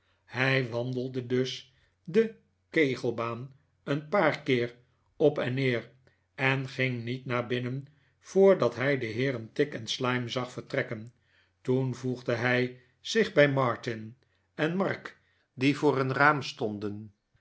hij wandelde dus de kegelbaan een paar keer op en neer en ging niet naar binnen voordat hij de heeren tigg en slyme zag vertrekken toen voegde hij zich bij martin en mark die voor een raam stonden